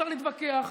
אפשר להתווכח,